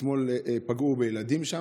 אתמול פגעו שם בילדים.